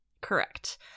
Correct